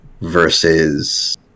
versus